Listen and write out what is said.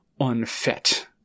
unfit